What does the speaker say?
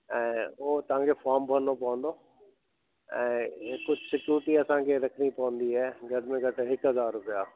ऐं उहो तव्हांखे फोम भरिणो पवंदो ऐं कुझु सिक्युरिटी डिपोज़िट असांखे रखिणी पवंदी आहे घटि में घटि हिकु हज़ार रूपिया